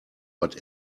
but